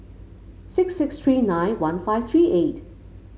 six six three nine one five three eight